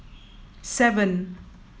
seven